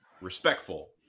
respectful